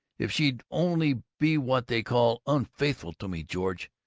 if she'd only be what they call unfaithful to me! george,